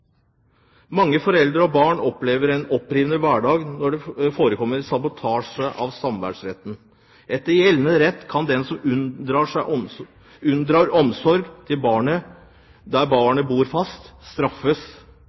Mange foreldre og barn opplever en opprivende hverdag når det forekommer sabotasje av samværsretten. Etter gjeldende rett kan den som unndrar et barn omsorgen til den barnet bor fast med, straffes, men straffebudet verner ikke foreldre med delt omsorg,